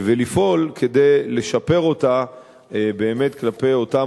ולפעול כדי לשפר אותה באמת כלפי אותן